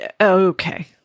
okay